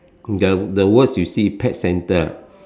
the the words you see pet centre